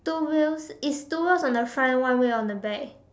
two wheel it's two wheel on the front one wheel on the back